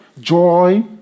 Joy